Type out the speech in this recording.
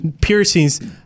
piercings